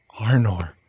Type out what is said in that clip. Arnor